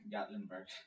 Gatlinburg